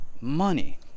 money